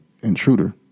intruder